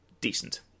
Decent